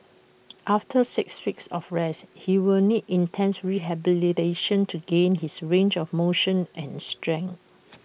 after six weeks of rest he will need intense rehabilitation to regain his range of motion and strength